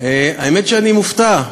האמת היא שאני מופתע,